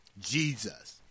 Jesus